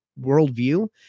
worldview